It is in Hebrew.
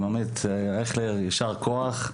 אייכלר יישר כוח,